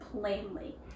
plainly